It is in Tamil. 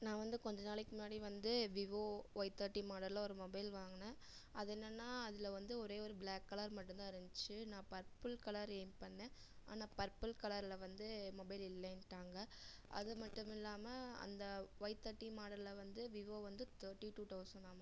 நான் வந்து கொஞ்சம் நாளைக்கு முன்னாடி வந்து விவோ ஒய் தேர்டீன் மாடெலில் ஒரு மொபைல் வாங்கினேன் அது என்னன்னா அதில் வந்து ஒரே ஒரு ப்ளாக் கலர் மட்டும் தான் இருந்துச்சி நான் பர்புல் கலர் ஏய்ம் பண்ணிணேன் ஆனால் பர்புல் கலரில் வந்து மொபைல் இல்லைன்ட்டாங்க அது மட்டுமில்லாமல் அந்த ஒய் தேர்டீன் மாடெலில் வந்து விவோ வந்து தேர்ட்டி டூ தெளசண்ட்னாமா